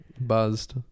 buzzed